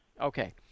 Okay